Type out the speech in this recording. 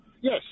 Yes